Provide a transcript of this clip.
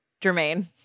Jermaine